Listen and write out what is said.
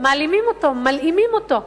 מעלימים אותו, מלאימים אותו?